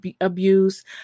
abuse